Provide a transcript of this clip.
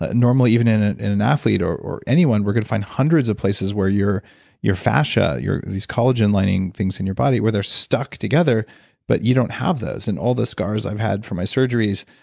ah normally even in an in an athlete, or or anyone we're gonna find hundreds of places where your your fascia, these collagen lining things in your body where they're stuck together but you don't have those and all the scars i've had from my surgeries,